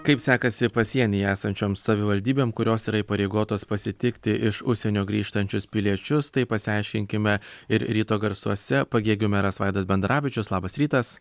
kaip sekasi pasienyje esančiom savivaldybėm kurios yra įpareigotos pasitikti iš užsienio grįžtančius piliečius tai pasiaiškinkime ir ryto garsuose pagėgių meras vaidas bendaravičius labas rytas